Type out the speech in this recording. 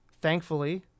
thankfully